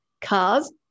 cars